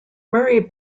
murray